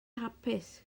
hapus